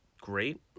great